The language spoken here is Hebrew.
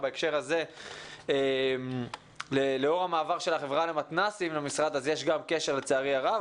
ובהקשר הזה יש גם קשר למעבר של החברה למתנ"סים למשרד לצערי הרב,